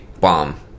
bomb